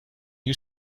you